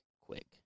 quick